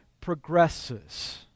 progresses